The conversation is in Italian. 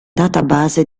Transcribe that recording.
database